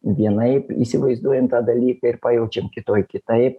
vienaip įsivaizduojam tą dalyką ir pajaučiam kitoj kitaip